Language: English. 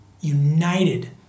united